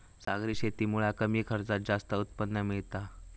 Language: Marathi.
सागरी शेतीमुळा कमी खर्चात जास्त उत्पन्न मिळता